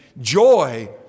joy